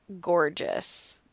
gorgeous